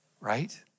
right